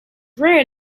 rare